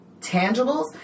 tangibles